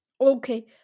Okay